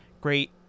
great